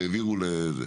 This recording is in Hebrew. והעבירו אותן,